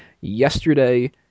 yesterday